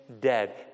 dead